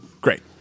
Great